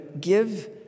give